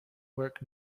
work